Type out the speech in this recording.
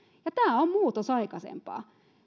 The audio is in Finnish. ja tämä on muutos aikaisempaan